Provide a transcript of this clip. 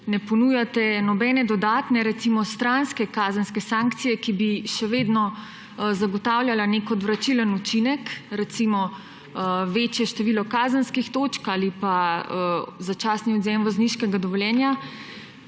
ne ponujate nobene dodatne, recimo, stranske kazenske sankcije, ki bi še vedno zagotavljala nek odvračilen učinek, recimo, večje število kazenskih točk ali pa začasni odvzem vozniškega dovoljenja,